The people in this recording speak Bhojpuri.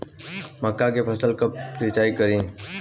मका के फ़सल कब सिंचाई करी?